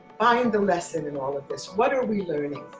find the lesson in all of this. what are we learning?